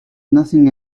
nothing